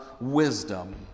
wisdom